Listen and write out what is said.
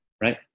right